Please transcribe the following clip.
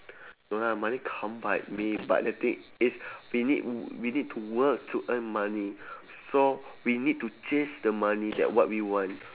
no lah money can't buy me but the thing is we need we need to work to earn money so we need to chase the money that what we want